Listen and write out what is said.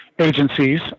agencies